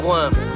one